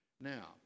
Now